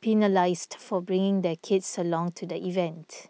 penalised for bringing their kids along to the event